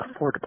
affordable